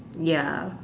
ya